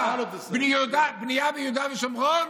בנייה ביהודה ושומרון.